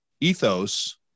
ethos